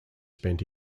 spent